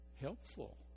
helpful